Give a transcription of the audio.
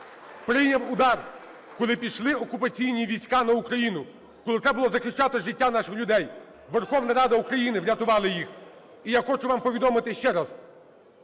прийняв удар, коли пішли окупаційні війська на Україну, коли треба було захищати життя наших людей, Верховна Рада України врятувала їх. І я хочу вам повідомити ще раз: